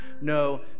no